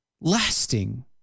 lasting